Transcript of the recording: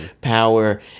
power